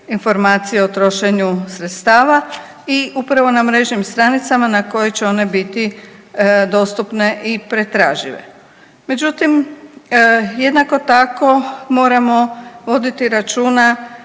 informacije o trošenju sredstava i upravo na mrežnim stranicama na koje će one biti dostupne i pretražive. Međutim, jednako tako moramo voditi računa